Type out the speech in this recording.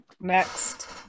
Next